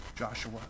Joshua